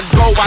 go